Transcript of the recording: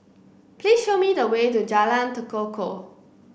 please show me the way to Jalan Tekukor